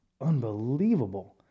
unbelievable